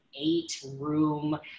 eight-room